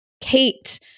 Kate